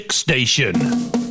station